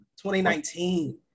2019